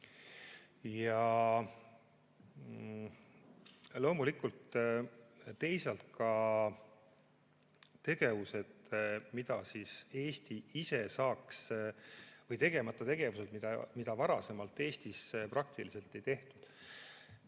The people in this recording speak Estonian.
ja loomulikult teisalt ka tegevused, mida Eesti ise saaks [teha], või tegemata tegevused, mida varasemalt Eestis praktiliselt ei tehtud.